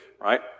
right